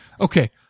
Okay